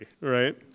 right